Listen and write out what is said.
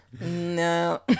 no